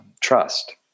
trust